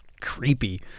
creepy